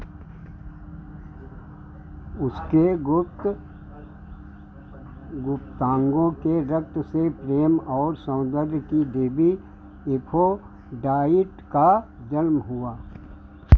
उसके गुप्त गुप्तांगों के रक्त से प्रेम और सौंदर्य की देवी एफ़्रोडाइट का जन्म हुआ